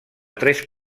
tres